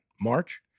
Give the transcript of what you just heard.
March